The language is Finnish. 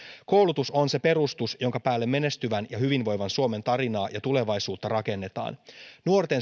koulutus on se perustus jonka päälle menestyvän ja hyvinvoivan suomen tarinaa ja tulevaisuutta rakennetaan nuorten